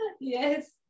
Yes